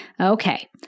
Okay